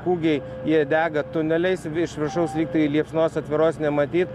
kūgiai jie dega tuneliais iš viršaus lyg tai liepsnos atviros nematyt